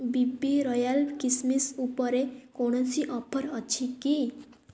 ବି B royal କିସ୍ମିସ୍ ଉପରେ କୌଣସି ଅଫର୍ ଅଛି କି